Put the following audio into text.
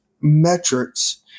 metrics